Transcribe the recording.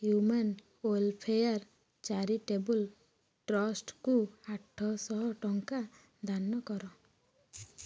human welfare charitable ଟ୍ରଷ୍ଟକୁ ଆଠଶହ ଟଙ୍କା ଦାନ କର